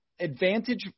advantage